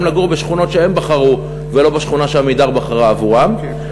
לגור בשכונות שהן בחרו ולא בשכונה ש"עמידר" בחרה עבורן.